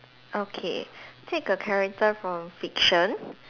okay take a character from fiction